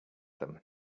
them